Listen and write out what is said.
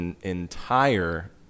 entire